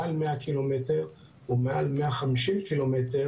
מעל 100 ק"מ ומעל 150 ק"מ,